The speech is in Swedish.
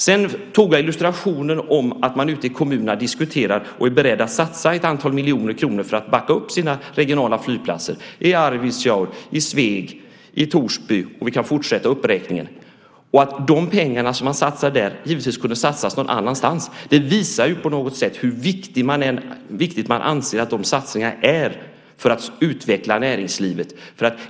Jag tog illustrationen att man ute i kommunerna diskuterar och är beredd att satsa ett antal miljoner kronor för att backa upp sina regionala flygplatser, i Arvidsjaur, i Sveg, i Torsby - vi kan fortsätta uppräkningen. De pengar som man satsar där kunde givetvis satsas någon annanstans. Det visar på något sätt hur viktiga man anser att de satsningarna är för att utveckla näringslivet.